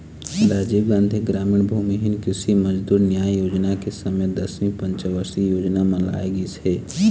राजीव गांधी गरामीन भूमिहीन कृषि मजदूर न्याय योजना के समे दसवीं पंचवरसीय योजना म लाए गिस हे